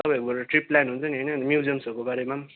तपाईँहरूकोबाट trip plan हुन्छ नि होइन म्युजियमहरूको बारेमा